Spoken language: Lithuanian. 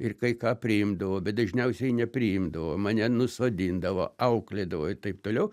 ir kai ką priimdavo bet dažniausiai nepriimdavo mane nusodindavo auklėdavo ir taip toliau